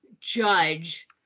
judge